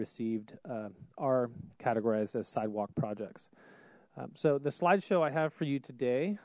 received are categorized as sidewalk projects so the slide show i have for you today